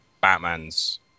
Batman's